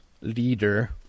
leader